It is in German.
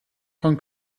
von